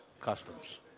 customs